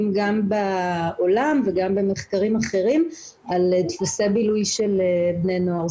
גם בעולם וגם במחקרים אחרים על דפוסי בילוי של בני נוער.